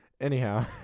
Anyhow